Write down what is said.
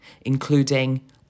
including